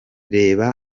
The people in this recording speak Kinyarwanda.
reba